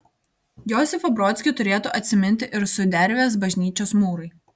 josifą brodskį turėtų atsiminti ir sudervės bažnyčios mūrai